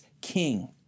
king